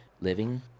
Living